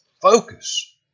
Focus